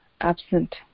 absent